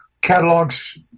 catalogs